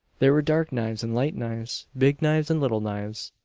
there were dark knives and light knives, big knives and little knives.